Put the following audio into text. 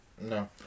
No